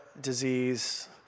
disease